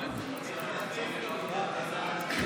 הסתייגות 62 לא נתקבלה.